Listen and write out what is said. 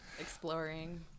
exploring